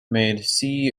made